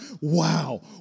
wow